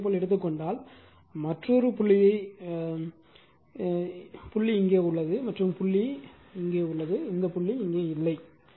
இப்போது இதேபோல் எடுத்துக்கொண்டால் மற்றொரு புள்ளியை எடுத்துக் கொண்டால் புள்ளி இங்கே உள்ளது மற்றும் புள்ளி இங்கே உள்ளது இந்த புள்ளி இல்லை